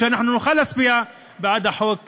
שאנחנו נוכל להצביע בעד החוק בכלל.